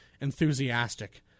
enthusiastic